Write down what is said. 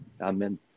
Amen